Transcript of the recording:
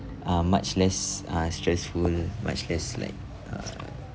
uh much less uh stressful much less like uh